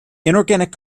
inorganic